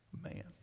man